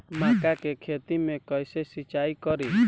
मका के खेत मे कैसे सिचाई करी?